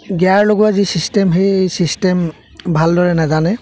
gear লগোৱা যি system সেই ছিষ্টেম ভালদৰে নাজানে